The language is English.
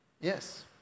Yes